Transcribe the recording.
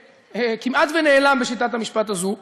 כמעט נעלם בשיטת המשפט הזאת.